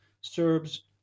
Serbs